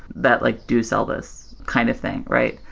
that like do sell this kind of thing, right?